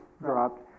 dropped